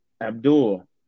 Abdul